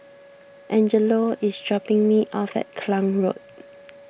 Angelo is dropping me off at Klang Road